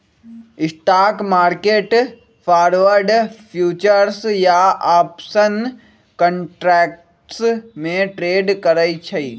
stock market forward, futures या option contracts में trade करई छई